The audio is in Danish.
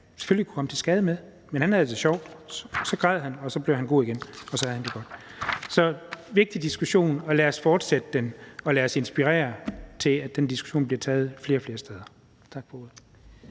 selvfølgelig kunne komme til skade med, men han havde det sjovt. Så græd han, så blev han god igen, og så havde han det godt. Det er en vigtig diskussion, og lad os fortsætte den, og lade os inspirere til, at den diskussion bliver taget flere og flere steder. Tak for ordet.